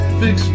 fix